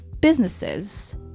businesses